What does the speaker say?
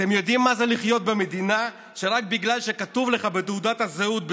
אתם יודעים מה זה לחיות במדינה שרק בגלל שכתוב לך בתעודת הזהות,